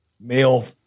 male